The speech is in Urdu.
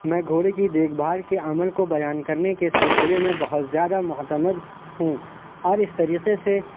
میں گھوڑے کی دیکھ بھال کے عمل کو بیان کرنے کے سلسلے میں بہت زیادہ معتمد ہوں اور اس طریقے سے